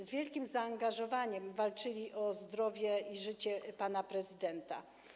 Z wielkim zaangażowaniem walczyli oni o zdrowie i życie pana prezydenta.